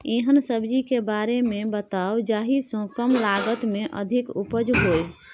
एहन सब्जी के बारे मे बताऊ जाहि सॅ कम लागत मे अधिक उपज होय?